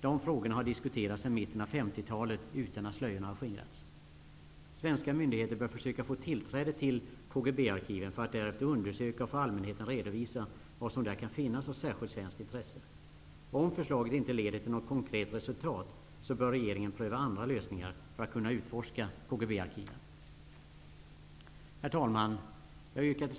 Dessa frågor har diskuterats sedan mitten av 50-talet utan att slöjorna skingrats. Svenska myndigheter bör försöka få tillträde till KGB-arkiven för att därefter undersöka och för allmänheten redovisa vad som där kan finnas av särskilt svenskt intresse. Om förslaget inte leder till något konkret resultat, bör regeringen pröva andra lösningar för att kunna utforska KGB-arkiven. Herr talman! Jag yrkar